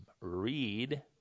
read